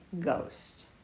Ghost